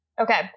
okay